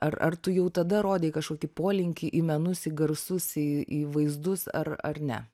ar ar tu jau tada rodei kažkokį polinkį į menus į garsus į į vaizdus ar ar ne